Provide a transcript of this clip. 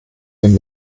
den